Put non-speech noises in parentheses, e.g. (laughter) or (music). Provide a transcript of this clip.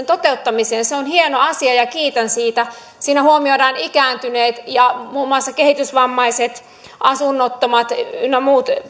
(unintelligible) toteuttamiseen se on hieno asia ja kiitän siitä siinä huomioidaan ikääntyneet ja muun muassa kehitysvammaiset asunnottomat ynnä muut